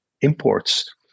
imports